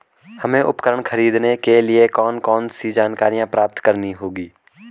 हमें उपकरण खरीदने के लिए कौन कौन सी जानकारियां प्राप्त करनी होगी?